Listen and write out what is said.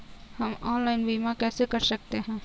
हम ऑनलाइन बीमा कैसे कर सकते हैं?